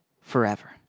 forever